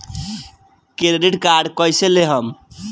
Credit card कईसे लेहम?